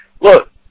Look